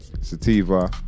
sativa